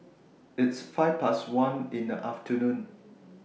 its five Past one in The afternoon